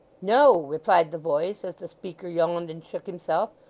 no, replied the voice, as the speaker yawned and shook himself.